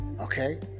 Okay